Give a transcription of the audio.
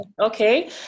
Okay